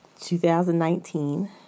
2019